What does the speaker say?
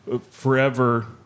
forever